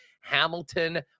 Hamilton